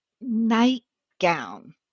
nightgown